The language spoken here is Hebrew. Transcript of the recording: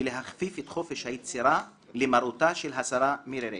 ולהכפיף את חופש היצירה למרותה של השרה מירי רגב".